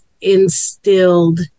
instilled